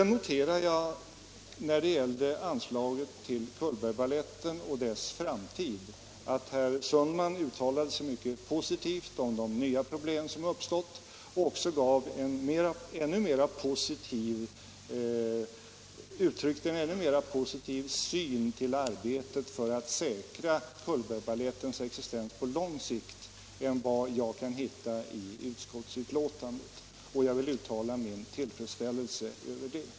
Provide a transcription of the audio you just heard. När det gäller Cullbergbaletten och dess framtid noterar jag att herr Sundman uttalade sig mycket positivt om de nya problem som uppstått och också uttryckte en ännu mera positiv syn på arbetet för att säkra Cullbergbalettens existens på lång sikt än vad jag kan hitta i utskottsbetänkandet. Jag vill uttala min tillfredsställelse över det.